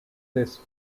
this